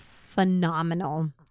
phenomenal